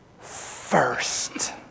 First